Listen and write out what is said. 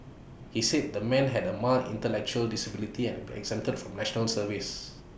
he said the man had A mild intellectual disability and been exempted from National Service